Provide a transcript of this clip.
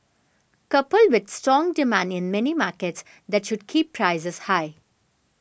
coupled with strong demand in many markets that should keep prices high